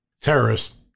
terrorists